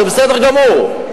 וזה בסדר גמור,